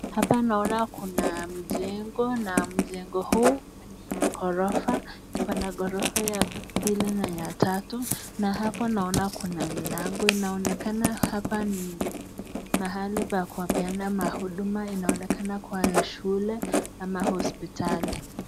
Hapa naona kuna mjengo, na mjengo huu ni ya ghorofa. Pana ghorofa ya pili na ya tatu. Na hapa naona kuna mlango. Inaonekana hapa ni mahali pa kupeana mahuduma. Inaonekana kuwa shule ama hospitali.